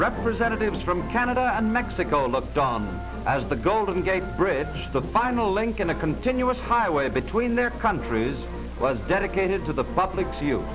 representatives from canada and mexico look dumb as the golden gate bridge the final link in a continuous highway between their countries was dedicated to the public